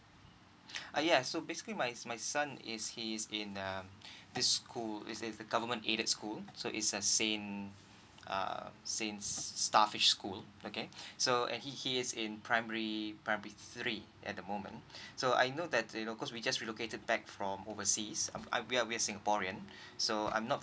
ah yes so basically my my son is he is in um this school is is the government aided school so is a saint uh saint starfish school okay so and he he is in primary primary three at the moment so I know that you know cause we just relocated back from overseas I we we are singaporean so I'm not